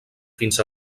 fins